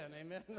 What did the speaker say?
amen